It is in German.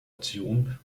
option